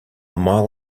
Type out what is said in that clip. mile